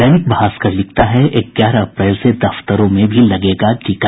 दैनिक भास्कर ने लिखा है ग्यारह अप्रैल से दफ्तरों में भी लगेगा टीका